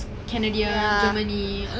no no no no like the old [one] lah